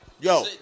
Yo